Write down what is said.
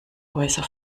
häuser